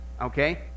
Okay